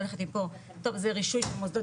זה רישוי מוסדות,